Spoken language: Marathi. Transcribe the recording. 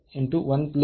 म्हणून हे आहे